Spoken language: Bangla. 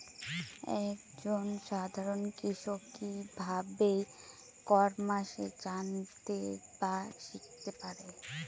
এক জন সাধারন কৃষক কি ভাবে ই কমার্সে জানতে বা শিক্ষতে পারে?